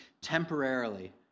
temporarily